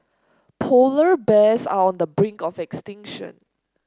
polar bears are on the brink of extinction